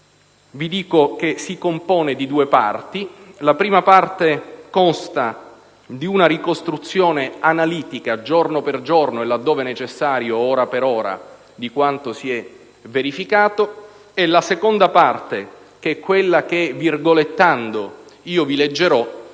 risultanze si compongono di due parti: la prima parte consta di una ricostruzione analitica, giorno per giorno e - dove necessario - ora per ora, di quanto si è verificato; la seconda parte - che è quella che, evidenziando le virgolette,